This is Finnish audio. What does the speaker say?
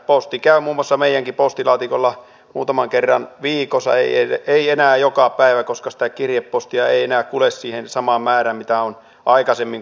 posti käy muun muassa meidänkin postilaatikollamme muutaman kerran viikossa ei enää joka päivä koska sitä kirjepostia ei enää kulje sitä samaa määrää mitä on aikaisemmin kulkenut